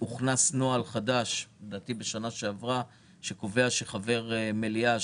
בשנה שעברה הוכנס נוהל חדש שקובע שחבר מליאה